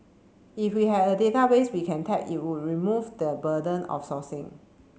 if we have a database we can tap it would remove the burden of sourcing